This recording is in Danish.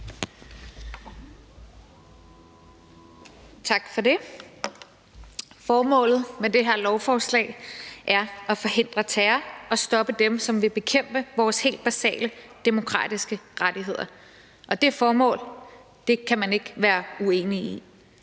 Tak for det. Formålet med det her lovforslag er at forhindre terror og stoppe dem, som vil bekæmpe vores helt basale demokratiske rettigheder. Og det formål kan man ikke være uenig i.